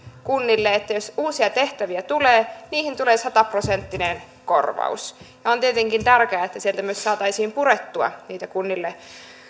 kunnille että jos uusia tehtäviä tulee niihin tulee sataprosenttinen korvaus ja on tietenkin tärkeää että sieltä myös saataisiin purettua niitä kunnille